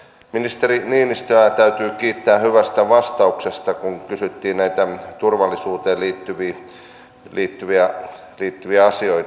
ministeri niinistöä täytyy kiittää hyvästä vastauksesta kun kysyttiin näitä turvallisuuteen liittyviä asioita